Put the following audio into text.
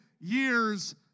years